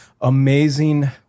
amazing